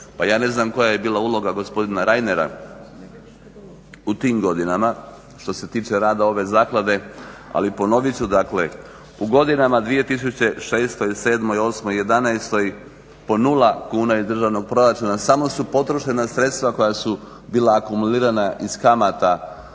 pa ja ne znam koja je bila uloga gospodina Reinera u tim godinama što se tiče rada ove zaklade ali ponovit ću dakle u godinama 2006., 2007., 2008. i 11.po 0 kuna iz državnog proračuna samo su potrošena sredstava koja su bila akumulirana iz kamata,